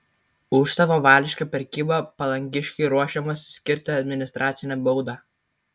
už savavališką prekybą palangiškiui ruošiamasi skirti administracinę baudą